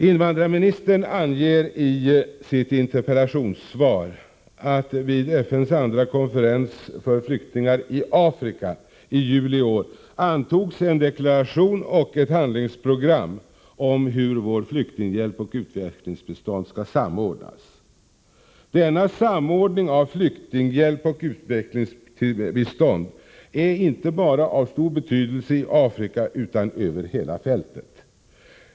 Invandrarministern anger i sitt interpellationssvar att vid FN:s andra konferens för flyktingar i Afrika, i juli i år, antogs en deklaration och ett handlingsprogram om hur flyktinghjälp och utvecklingsbistånd skall samordnas. Denna samordning av flyktinghjälp och utvecklingsbistånd är av stor betydelse inte bara i Afrika utan över hela fältet.